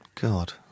god